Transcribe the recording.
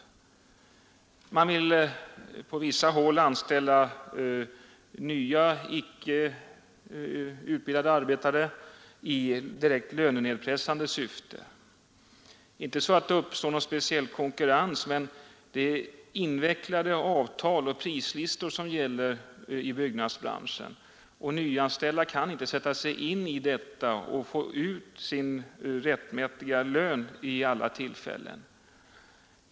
På vissa håll vill man i direkt lönenedpressande syfte anställa nya, icke yrkesutbildade arbetare — inte därför att det skulle uppstå någon speciell konkurrens, men det är invecklade avtal och prislistor som gäller i byggnadsbranschen, och nyanställda kan inte sätta sig in i det och alltid få ut sin rättmätiga lön.